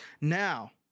Now